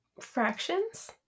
Fractions